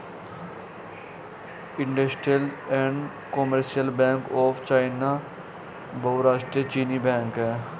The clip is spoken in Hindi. industrial and commercial bank of China बहुराष्ट्रीय चीनी बैंक है